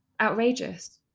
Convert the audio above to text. Outrageous